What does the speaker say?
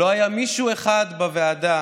לא היה מישהו אחד בוועדה